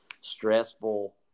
stressful